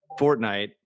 Fortnite